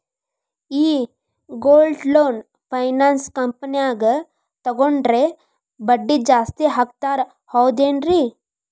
ಈ gold loan finance ಕಂಪನ್ಯಾಗ ತಗೊಂಡ್ರೆ ಬಡ್ಡಿ ಜಾಸ್ತಿ ಅಂತಾರ ಹೌದೇನ್ರಿ?